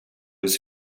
was